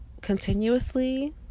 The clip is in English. continuously